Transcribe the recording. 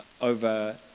over